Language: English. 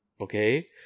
Okay